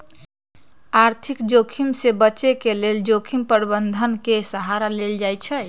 आर्थिक जोखिम से बचे के लेल जोखिम प्रबंधन के सहारा लेल जाइ छइ